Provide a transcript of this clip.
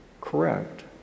correct